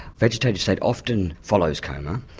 vegetative state often follows coma.